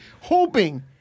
hoping